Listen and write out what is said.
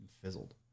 fizzled